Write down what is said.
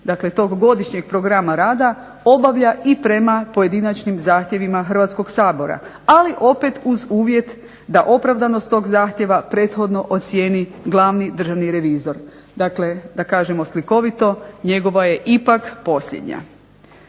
dakle tog godišnjeg programa rada obavlja i prema pojedinačnim zahtjevima Hrvatskog sabora, ali opet uz uvjet da opravdanost tog zahtjeva prethodno ocijeni glavni državni revizor, dakle da kažemo slikovito njegova je ipak posljednja.